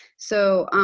so,